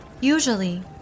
Usually